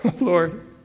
Lord